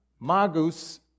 Magus